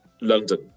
London